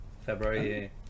February